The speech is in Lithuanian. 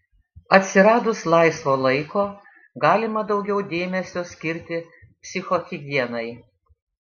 atsiradus laisvo laiko galima daugiau dėmesio skirti psichohigienai